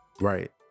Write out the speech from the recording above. right